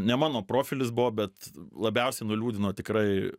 ne mano profilis buvo bet labiausiai nuliūdino tikrai